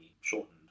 shortened